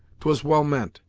twas well meant,